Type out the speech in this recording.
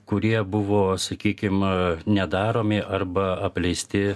kurie buvo sakykim nedaromi arba apleisti